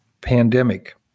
pandemic